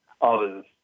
others